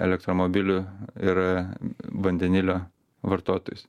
elektromobilių ir vandenilio vartotojus